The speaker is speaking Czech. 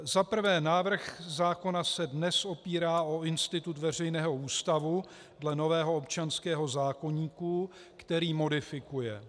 Za prvé návrh zákona se dnes opírá o institut veřejného ústavu dle nového občanského zákoníku, který modifikuje.